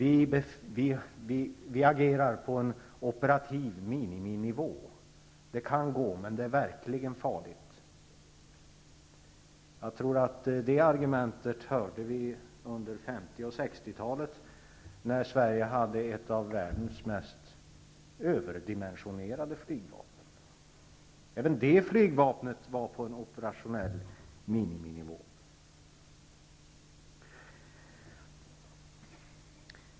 Man agerar på en operativ miniminivå -- det kan gå, men det är verkligen farligt. Det argumentet hörde vi under 50 och 60-talen, när Sverige hade ett av världens mest överdimensionerade flygvapen. Även det flygvapnet var på en operationell miniminivå.